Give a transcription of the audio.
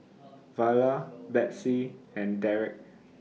Viola Betsey and Dereck